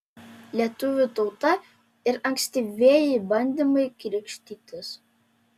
lietuvių tauta ir ankstyvieji bandymai krikštytis